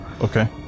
Okay